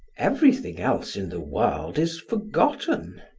everything else in the world is forgotten.